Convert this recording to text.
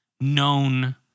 known